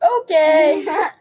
Okay